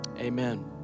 Amen